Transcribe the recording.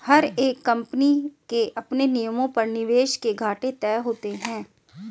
हर एक कम्पनी के अपने नियमों पर निवेश के घाटे तय होते हैं